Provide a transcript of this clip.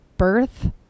birth